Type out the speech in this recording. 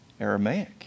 Aramaic